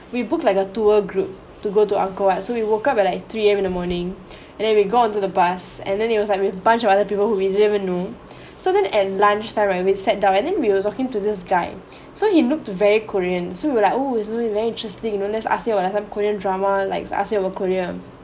we booked like a tour group to go to angkor wat so we woke up at like three A_M in the morning and then we go onto the bus and then it was like with bunch of other people who don't even know so then and lunchtime right we sat down and then we were talking to this guy so he looked very korean so we were like oh isn't really interesting you know let's ask him about some korean drama like ask him about korea